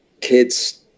kids